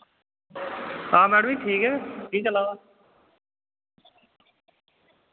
हां मैडम जी ठीक ऐ ठीक चला दा